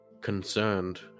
concerned